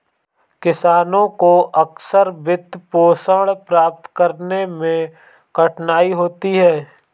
किसानों को अक्सर वित्तपोषण प्राप्त करने में कठिनाई होती है